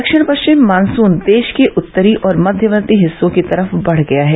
दक्षिण पश्चिम मानसून देश के उत्तरी और मध्यवर्ती हिस्सों की तरफ बढ़ गया है